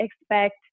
expect